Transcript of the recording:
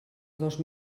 dos